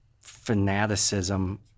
fanaticism